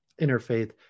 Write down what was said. interfaith